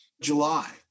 July